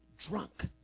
drunk